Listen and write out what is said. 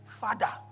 Father